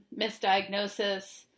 misdiagnosis